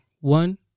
one